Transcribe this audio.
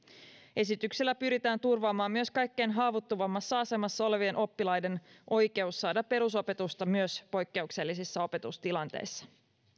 esityksellä pyritään turvaamaan myös kaikkein haavoittuvimmassa asemassa olevien oppilaiden oikeus saada perusopetusta myös poikkeuksellisissa opetustilanteissa